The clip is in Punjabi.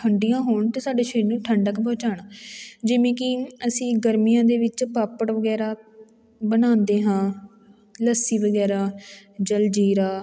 ਠੰਡੀਆਂ ਹੋਣ ਅਤੇ ਸਾਡੇ ਸਰੀਰ ਨੂੰ ਠੰਡਕ ਪਹੁੰਚਾਉਣ ਜਿਵੇਂ ਕਿ ਅਸੀਂ ਗਰਮੀਆਂ ਦੇ ਵਿੱਚ ਪਾਪੜ ਵਗੈਰਾ ਬਣਾਉਂਦੇ ਹਾਂ ਲੱਸੀ ਵਗੈਰਾ ਜਲਜੀਰਾ